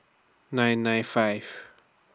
nine nine five